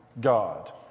God